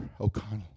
O'Connell